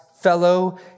fellow